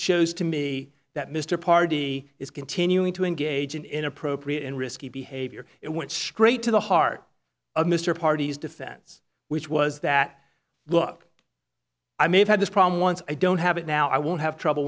shows to me that mr party is continuing to engage in inappropriate and risky behavior it went straight to the heart of mr party's defense which was that look i may have had this problem once i don't have it now i won't have trouble